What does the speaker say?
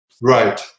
Right